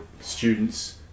students